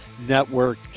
Network